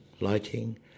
lighting